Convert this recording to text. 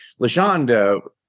LaShonda